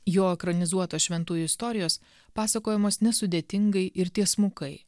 jo ekranizuotos šventųjų istorijos pasakojamos nesudėtingai ir tiesmukai